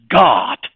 God